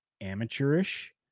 amateurish